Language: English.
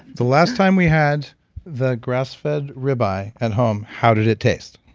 the last time we had the grass-fed rib eye at home, how did it taste?